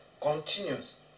Continues